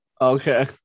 okay